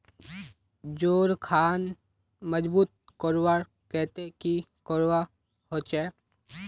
जोड़ खान मजबूत करवार केते की करवा होचए?